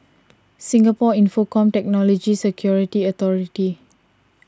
Singapore Infocomm Technology Security Authority